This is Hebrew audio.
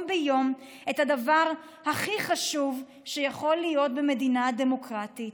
את הדבר הכי חשוב שיכול להיות במדינה דמוקרטית,